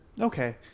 Okay